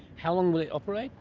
how long will it operate?